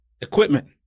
equipment